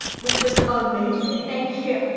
which was amazing. thank you.